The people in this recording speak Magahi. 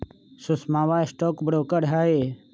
सुषमवा स्टॉक ब्रोकर हई